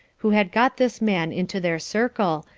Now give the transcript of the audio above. who had got this man into their circle,